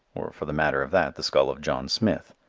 or, for the matter of that, the skull of john smith,